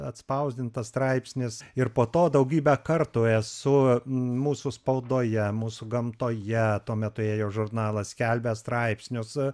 atspausdintas straipsnis ir po to daugybę kartų esu mūsų spaudoje mūsų gamtoje tuo metu ėjo žurnalas skelbęs straipsniuos